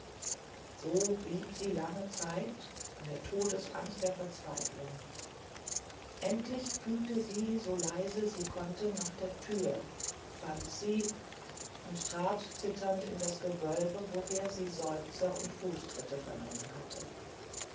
so blieb sie lange zeit in der todesangst der verzweiflung endlich fühlte sie so leise sie konnte nach der thür fand sie und trat zitternd in das gewölbe woher sie seufzer und fußtritte vernommen hatte